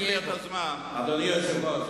לוקחים לי את הזמן, אדוני היושב-ראש.